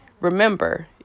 Remember